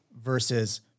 versus